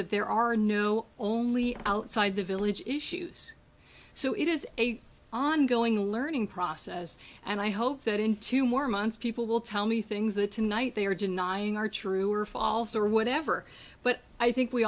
there are no only outside the village issues so it is a ongoing learning process and i hope that in two more months people will tell me things that tonight they are denying are true or false or whatever but i think we